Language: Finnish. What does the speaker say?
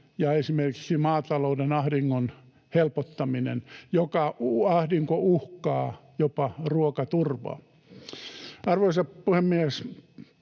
ja esimerkiksi maatalouden ahdingon helpottaminen, joka ahdinko uhkaa jopa ruokaturvaa. Arvoisa puhemies!